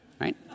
Right